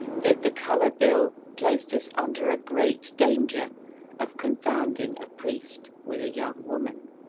that the colour bill placed us under a great danger of confounding a priest with a young woman.